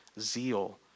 zeal